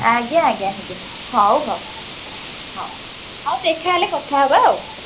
ଆଜ୍ଞା ଆଜ୍ଞା ଆଜ୍ଞା ହଉ ହଉ ହଉ ହଉ ଦେଖାହେଲେ କଥା ହେବା ଆଉ